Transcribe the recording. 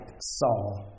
Saul